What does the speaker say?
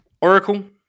Oracle